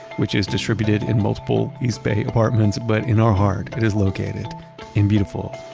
which is distributed in multiple east bay apartments. but in our heart, it is located in beautiful,